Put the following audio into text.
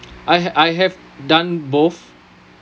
I ha~ I have done both